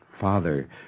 Father